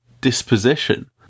disposition